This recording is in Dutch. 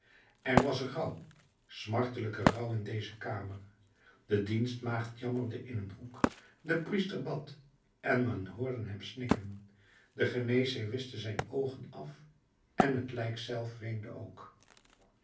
er was rouw smartelijke rouw in deze kamer de dienstmaagd jammerde in een hoek de priester bad en men hoorde hem snikken de geneesheer wischte zijn oogen af en het lijk zelf weende ook